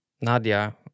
Nadia